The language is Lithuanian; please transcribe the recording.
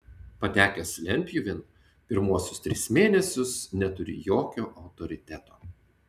patekęs lentpjūvėn pirmuosius tris mėnesius neturi jokio autoriteto